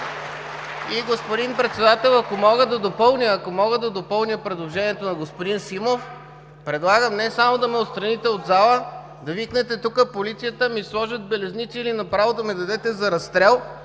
И, господин Председател, ако мога да допълня предложението на господин Симов – предлагам не само да ме отстраните от зала, да викнете тук полицията, да ми сложат белезници или направо да ме дадете за разстрел.